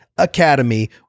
Academy